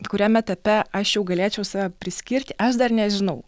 kuriam etape aš jau galėčiau save priskirti aš dar nežinau